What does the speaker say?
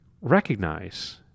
recognize